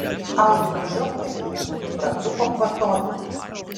aurimas žiobtelėjo ir pratrūko kvatoti